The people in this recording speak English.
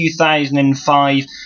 2005